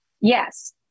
Yes